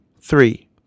three